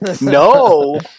No